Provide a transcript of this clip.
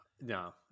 No